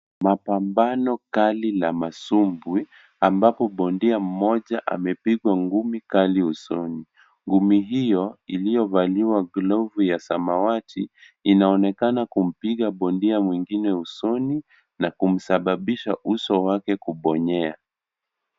Mapambano kali na misumbwi ambapo bondia mmoja amepigwa ngumi kali usoni. Ngumi hiyo iliyovaliwa glavu ya samawati inaonekana kumpiga bondia mwingine usoni na kumsababisha uso wake kubonyea.